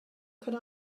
could